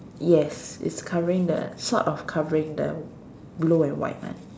yes it's covering the sort of covering the blue and white one